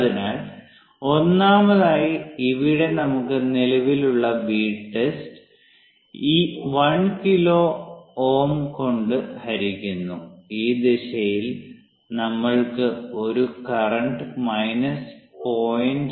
അതിനാൽ ഒന്നാമതായി ഇവിടെ നമുക്ക് നിലവിലുള്ള Vtest 1 കിലോ Ω കൊണ്ട് ഹരിക്കുന്നു ഈ ദിശയിൽ നമ്മൾക്ക് ഒരു കറന്റ് മൈനസ് 0